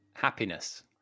Happiness